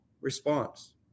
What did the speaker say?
response